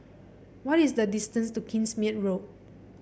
what is the distance to Kingsmead Road